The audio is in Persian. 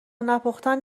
نپختن